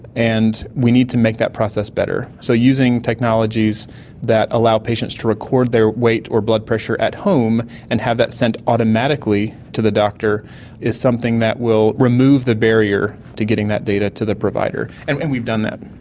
and we need to make that process better. so using technologies that allow patients to record their weight or blood pressure at home and have that sent automatically to the doctor is something that will remove the barrier to getting that data to the provider, and we've done that.